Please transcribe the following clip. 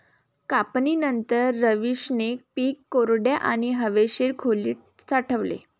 कापणीनंतर, रवीशने पीक कोरड्या आणि हवेशीर खोलीत साठवले